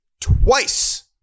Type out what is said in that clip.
twice